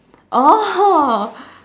oh